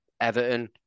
Everton